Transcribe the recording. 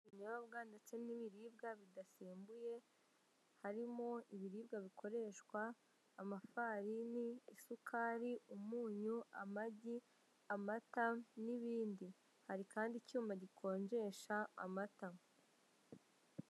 Ibinyobwa ndetse n'ibiribwa bidasembuye, harimo ibiribwa bikoreshwa amafarini, isukari, umunyu, amagi, amata, n'ibindi. Hari kandi icyuma gikonjesha amata.